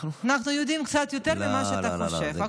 אנחנו יודעים קצת יותר ממה שאתה חושב,